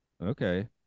Okay